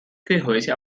gehäuse